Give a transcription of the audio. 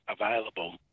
available